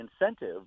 incentive